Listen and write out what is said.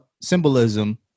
symbolism